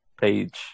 page